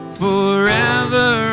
forever